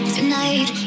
Tonight